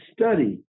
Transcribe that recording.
study